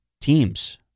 teams